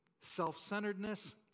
self-centeredness